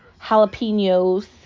jalapenos